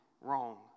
wrong